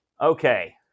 Okay